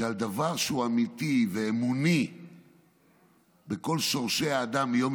שעל דבר שהוא אמיתי ואמוני בכל שורשי האדם מיום